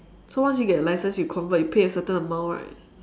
so once you get a license you convert you pay a certain amount right